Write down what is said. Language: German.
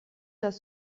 das